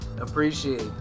appreciate